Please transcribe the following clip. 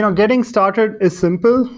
getting started is simple.